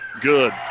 good